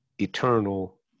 eternal